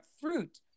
fruit